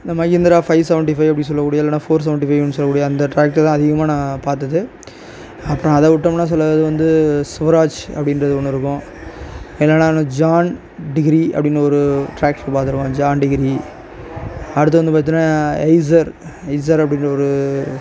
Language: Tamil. இந்த மஹேந்திரா ஃபைவ் சவன்ட்டி ஃபைவ் அப்படின்னு சொல்லக்கூடிய இல்லைன்னா ஃபோர் செவன்ட்டி ஃபைவ்ன்னு சொல்லக்கூடிய அந்த ட்ராக்டர் தான் அதிகமாக நான் பார்த்தது அப்புறம் அதை விட்டோம்னா சில இது வந்து சூராஜ் அப்படின்றது ஒன்று இருக்கும் இன்னோன்று அந்த ஜான் டிகிரி அப்படின்னு ஒரு ட்ராக்டர் பார்த்துருக்கேன் ஜான் டிகிரி அடுத்தது வந்து பார்த்தினா ஈஸர் ஈஸர் அப்படிங்கிற ஒரு